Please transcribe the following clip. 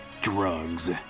drugs